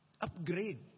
upgrade